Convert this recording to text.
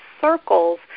circles